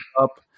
up